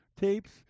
Tapes